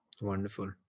Wonderful